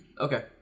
okay